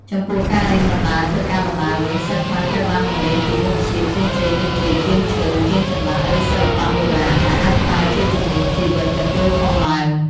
ចំពោះការរៀនបណ្ដើរធ្វើការបណ្ដើរវិញ សិស្សខ្លះត្រូវបានបង្រៀនពីមុខវិជ្ជាផ្សេងៗដូចជាជាងឈើ ជាងចម្លាក់ឬសិល្បៈបុរាណដែលអាចប្រើជាជំនាញជីវិតនៅពេលធំឡើង។